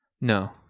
No